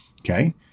okay